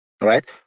right